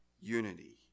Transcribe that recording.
unity